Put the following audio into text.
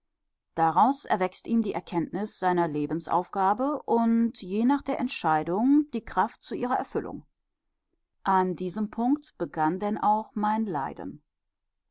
daraus erwächst ihm die erkenntnis seiner lebensaufgabe und je nach der entscheidung die kraft zu ihrer erfüllung an diesem punkt begann denn auch mein leiden